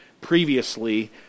previously